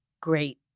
great